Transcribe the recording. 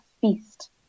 feast